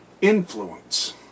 influence